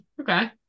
Okay